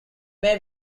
may